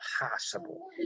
possible